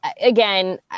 again